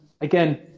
again